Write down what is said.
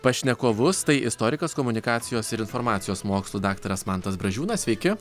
pašnekovus tai istorikas komunikacijos ir informacijos mokslų daktaras mantas bražiūnas sveiki